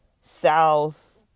South